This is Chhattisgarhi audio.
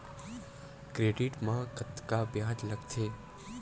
क्रेडिट मा कतका ब्याज लगथे?